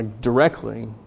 directly